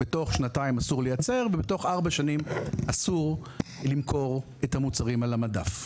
שתוך שנתיים אסור לייצר ותוך ארבע שנים אסור למכור את המוצרים על המדף.